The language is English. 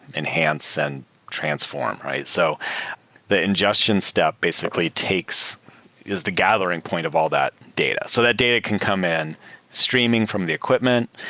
enhance and transform. so the ingestion step basically takes is the gathering point of all that data. so that data can come in streaming from the equipment.